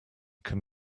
can